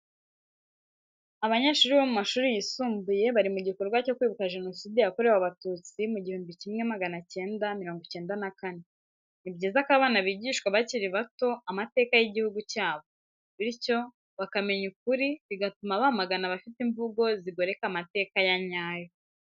Abanyeshuri bo mu mashuri yisumbuye bari mu gikorwa cyo kwibuka Jenoside yakorewe Abatutsi mu gihumbi kimwe magana cyenda mirongo icyenda na kane, ni byiza ko abana bigishwa bakiri bato amateka y'igihugu cyabo, bityo bakamenya ukuri bigatuma bamagana abafite imvugo zigoreka amateka ya nyayo.